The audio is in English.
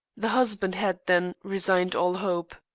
the husband had, then, resigned all hope.